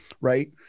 Right